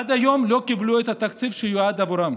לא קיבלו את התקציב שיועד עבורם.